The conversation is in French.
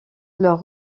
leur